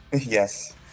Yes